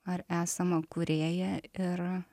ar esamą kūrėją ir